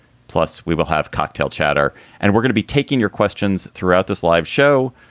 plus, we will have cocktail chatter and we're going to be taking your questions throughout this live show.